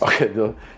Okay